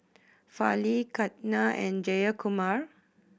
Fali Ketna and Jayakumar